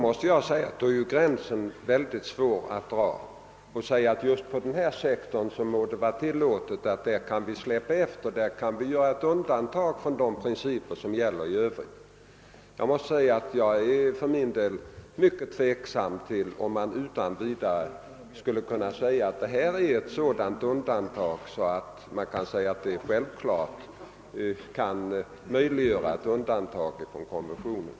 Men då är det ju mycket svårt att dra gränsen — att säga att just inom denna sektor må det vara tillåtet att göra ett undantag från de principer som gäller i övrigt. Jag är för min del mycket tveksam huruvida man utan vidare skulle kunna säga att det är självklart att ett undantag härvidlag skulle kunna göras från konventionen.